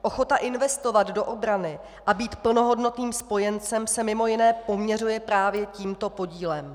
Ochota investovat do obrany a být plnohodnotným spojencem se mimo jiné poměřuje právě tímto podílem.